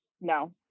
no